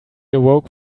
awoke